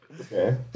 Okay